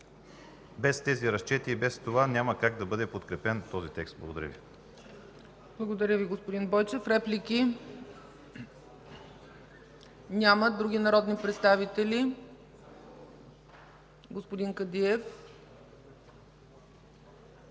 без тези разчети и без това няма как да бъде подкрепен този текст. Благодаря Ви. ПРЕДСЕДАТЕЛ ЦЕЦКА ЦАЧЕВА: Благодаря Ви, господин Бойчев. Реплики? Няма. Други народни представители? Господин Кадиев.